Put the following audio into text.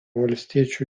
valstiečių